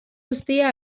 guztia